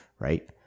right